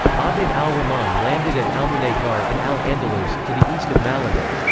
abd al-rahman landed at almunecar in al-andalus, to the east of malaga.